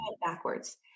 backwards